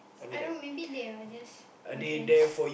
I know maybe they are just my friends